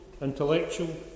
intellectual